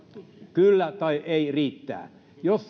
kyllä tai ei riittää jos